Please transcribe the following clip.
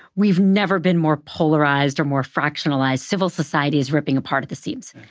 we've never been more polarized or more fractionalized. civil society is ripping apart at the seams.